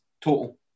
Total